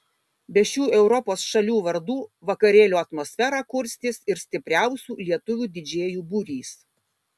be šių europos šalių vardų vakarėlio atmosferą kurstys ir stipriausių lietuvių didžėjų būrys